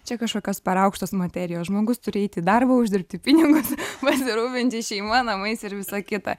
čia kažkokios per aukštos materijos žmogus turi eit į darbą uždirbti pinigus pasirūpinti šeima namais ir visa kita